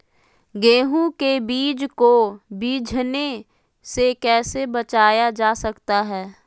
गेंहू के बीज को बिझने से कैसे बचाया जा सकता है?